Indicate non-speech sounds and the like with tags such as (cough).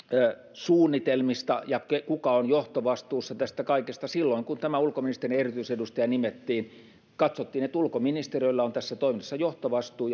suunnitelmista ja siitä kuka on johtovastuussa tästä kaikesta silloin kun tämä ulkoministerin erityisedustaja nimettiin katsottiin että ulkoministeriöllä on tässä toiminnassa johtovastuu (unintelligible)